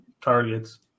targets